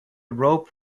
rope